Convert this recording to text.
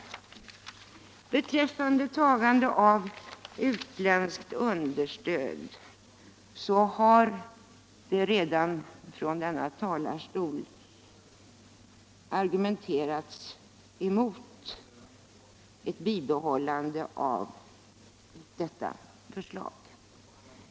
Beträffande tagande av utländskt understöd har det redan från denna talarstol argumenterats mot ett behållande av den nuvarande bestämmelsen.